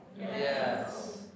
Yes